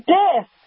death